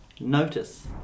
Notice